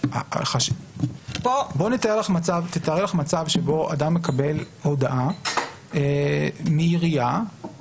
תארי לך מצב שבו אדם מקבל הודעה מעירייה,